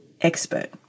expert